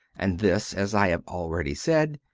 and this, as i have already said,